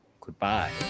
goodbye